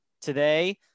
today